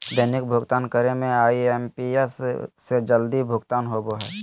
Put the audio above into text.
दैनिक भुक्तान करे में आई.एम.पी.एस से जल्दी भुगतान होबो हइ